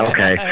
Okay